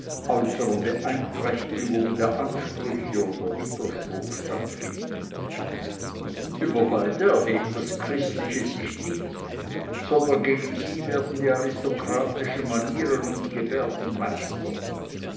äußerer beeinträchtigung der ansprüche oder widerspruch stattfinden über beide erhebt das christliche sich nicht sondern gegen sie werden die aristokratischen manieren und gebärden meister